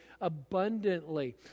abundantly